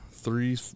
Three